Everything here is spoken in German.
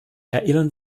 erinnern